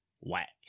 whack